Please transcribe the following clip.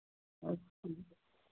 अच्छी